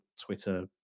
Twitter